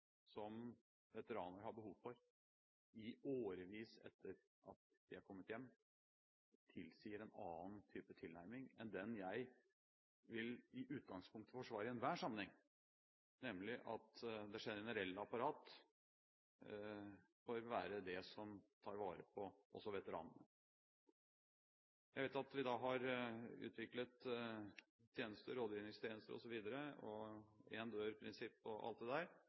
som veteranene har behov for, i årevis etter at de har kommet hjem, tilsier en annen type tilnærming enn den jeg i utgangspunktet vil forsvare i enhver sammenheng, nemlig at det generelle apparat bør være det som tar vare på veteranene også. Jeg vet at vi har utviklet tjenester, rådgivningstjenester osv., og én-dør-prinsippet og alt dette, men jeg vil si, med utgangspunkt i det